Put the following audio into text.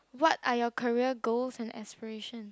what are your career goals and aspiration